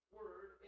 word